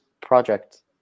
project